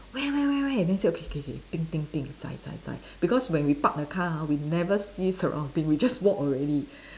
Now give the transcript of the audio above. where where where where then say okay okay okay think think think because when we park the car ha we never see surrounding we just walk already